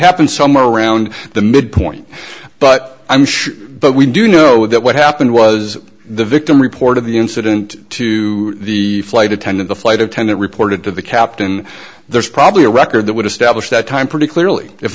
happen somewhere around the midpoint but i'm sure but we do know that what happened was the victim reported the incident to the flight attendant the flight attendant reported to the captain there's probably a record that would establish that time pretty clearly if